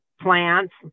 plants